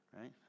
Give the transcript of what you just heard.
Right